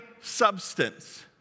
substance